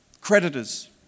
creditors